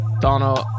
Donald